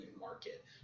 market